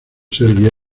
serbia